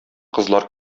кызлар